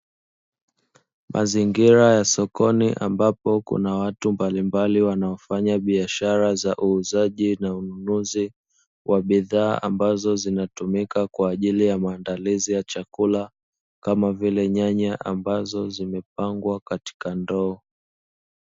Mazingira ya sokoni ambapo kuna watu mbalimbali wanaofanya biashara za uuzaji na ununuzi wa bidhaa, ambazo zinatumika kwajili ya maandalizi ya chakula kama vile nyanya ambazo zimepangwa katika ndoo.